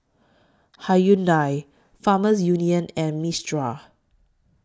Hyundai Farmers Union and Mistral